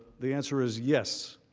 the answer is yes.